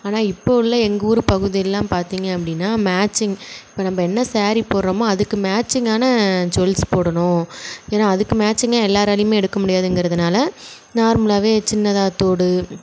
ஆனால் இப்போது உள்ள எங்கள் ஊர் பகுதிலெல்லாம் பார்த்தீங்க அப்படின்னா மேட்சிங் இப்போ நம்ம என்ன ஸேரி போடுறோமோ அதுக்கு மேட்சிங்கான ஜுவல்ஸ் போடணும் ஏன்னா அதுக்கு மேட்சிங்காக எல்லாராலையுமே எடுக்க முடியாதுங்கிறதனால் நார்மலாகவே சின்னதாக தோடு